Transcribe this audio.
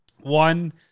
one